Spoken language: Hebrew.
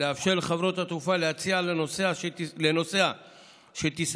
לאפשר לחברות התעופה להציע לנוסע שטיסתו